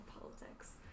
politics